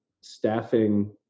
staffing